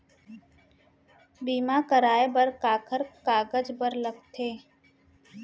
बीमा कराय बर काखर कागज बर लगथे?